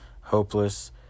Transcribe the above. hopeless